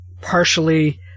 partially